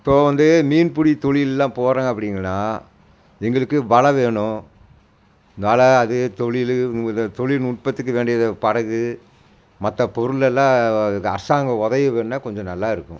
இப்போது வந்து மீன் பிடி தொழில்லாம் போகிறாங்க அப்படிங்கன்னா எங்களுக்கு வலை வேணும் வலை அது தொழில் தொழில்நுட்பத்துக்கு வேண்டியது படகு மற்ற பொருளெல்லாம் அரசாங்கம் உதவி பண்ணால் கொஞ்சம் நல்லா இருக்கும்